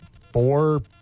four